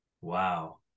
Wow